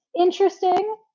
interesting